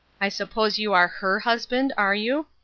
i suppose you are her husband, are you?